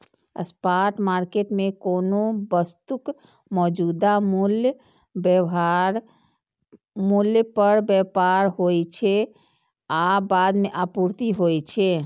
spot market मे कोनो वस्तुक मौजूदा मूल्य पर व्यापार होइ छै आ बाद मे आपूर्ति होइ छै